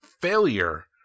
failure